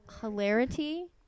hilarity